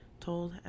told